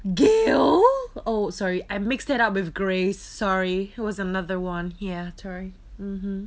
gill oh sorry I mixed it up with grace sorry it was another [one] ya sorry